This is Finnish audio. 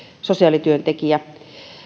sosiaalityöntekijä tiedän että